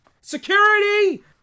Security-